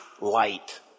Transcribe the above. light